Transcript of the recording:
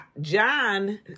John